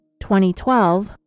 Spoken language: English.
2012